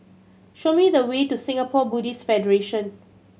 show me the way to Singapore Buddhist Federation